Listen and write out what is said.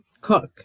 cook